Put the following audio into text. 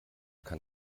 kann